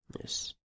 Yes